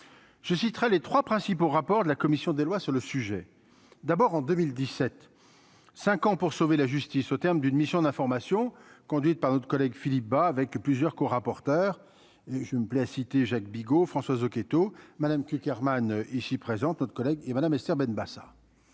je citerai les 3 principaux : rapport de la commission des lois sur le sujet, d'abord en 2017 5 ans pour sauver la justice au terme d'une mission d'information conduite par notre collègue Philippe Bas avec plusieurs co-rapporteur je me plais à citer Jacques Bigot François Zocchetto Madame Herman ici présente notre collègue, et Madame, Esther Benbassa,